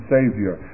Savior